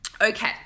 Okay